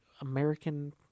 american